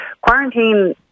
Quarantine